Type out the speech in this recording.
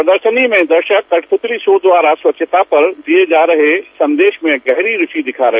प्रदर्शनी में दर्शक कठपुतली शो द्वारा स्वच्छता पर दिये जा रहे संदेश में गहरी रूचि दिखा रहे